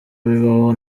bibaho